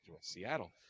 seattle